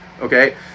okay